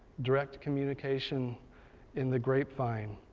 direct communication in the grapevine.